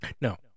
No